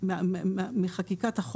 זה משהו שאמרתי מחקיקת החוק.